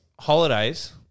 holidays –